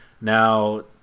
Now